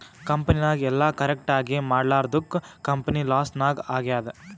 ಕಂಪನಿನಾಗ್ ಎಲ್ಲ ಕರೆಕ್ಟ್ ಆಗೀ ಮಾಡ್ಲಾರ್ದುಕ್ ಕಂಪನಿ ಲಾಸ್ ನಾಗ್ ಆಗ್ಯಾದ್